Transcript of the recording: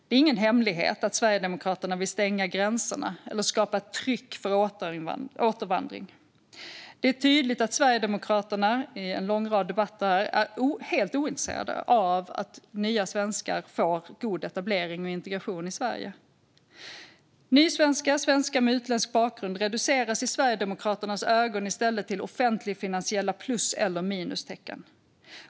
Det är ingen hemlighet att Sverigedemokraterna vill stänga gränserna eller skapa ett tryck för återvandring. Det har i en lång rad debatter blivit tydligt att Sverigedemokraterna är helt ointresserade av att nya svenskar får god etablering och integration i Sverige. Nysvenskar och svenskar med utländsk bakgrund reduceras i Sverigedemokraternas ögon i stället till offentligfinansiella plus eller minustecken.